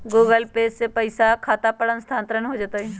Google Pay से पईसा खाता पर स्थानानंतर हो जतई?